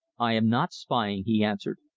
i am not spying, he answered.